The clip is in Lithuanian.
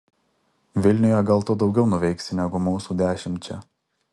vilniuje gal tu daugiau nuveiksi negu mūsų dešimt čia